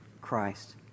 Christ